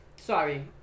sorry